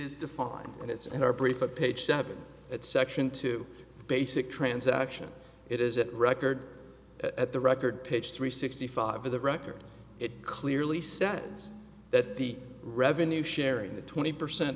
is defined and it's in our brief a page seven it section two basic transaction it is it record at the record page three sixty five of the record it clearly says that the revenue sharing the twenty percent